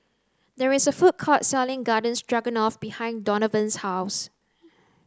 there is a food court selling Garden Stroganoff behind Donavan's house